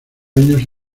años